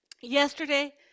Yesterday